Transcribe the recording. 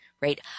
right